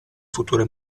future